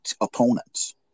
opponents